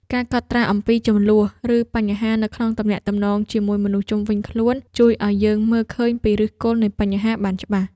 ការកត់ត្រាអំពីជម្លោះ ឬបញ្ហានៅក្នុងទំនាក់ទំនងជាមួយមនុស្សជុំវិញខ្លួន ជួយឱ្យយើងមើលឃើញពីឫសគល់នៃបញ្ហាបានច្បាស់។